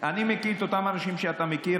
אני מכיר את אותם אנשים שאתה מכיר,